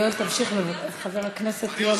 יואל, תמשיך, חבר הכנסת יואל חסון.